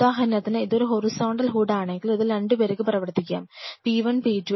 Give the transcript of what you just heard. ഉദാഹരണത്തിന് ഇതൊരു horizontal hood ആണെങ്കിൽ ഇതിൽ രണ്ടു പേർക്ക് പ്രവർത്തിക്കാം P1 P2